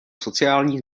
sociální